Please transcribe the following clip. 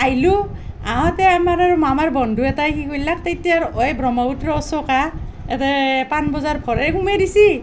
আহিলোঁ আহোঁতে আমাৰ মামাৰ বন্ধু এটাই কি কৰিলাক তেতিয়াৰ ঐ ব্ৰহ্মপুত্ৰ অশোকা তাতে পাণবজাৰ ভৰে সোমাই দিছি